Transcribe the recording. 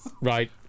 Right